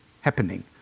happening